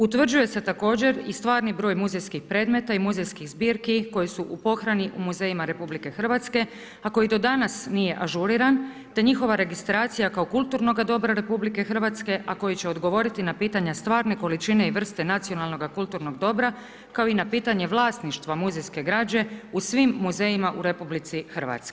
Utvrđuje se također i stvarni broj muzejskih predmeta i muzejskih zbirki koje su u pohrani u muzejima RH, a koji do danas nije ažuriran, te njihova registracija kao kulturnoga dobra RH, a koji će odgovoriti na pitanja stvarne količine i vrste nacionalnoga kulturnog dobra, kao i na pitanje vlasništva muzejske građe u svim muzejima u RH.